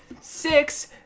Six